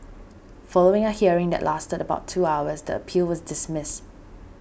following a hearing that lasted about two hours the appeal was dismissed